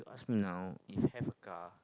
now if have a car